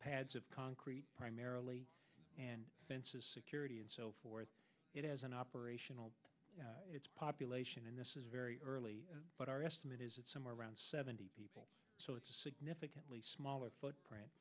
pads of concrete primarily and fences security and so forth it has an operational it's population and this is very early but our estimate is it's somewhere around seventy people so it's a significantly smaller footprint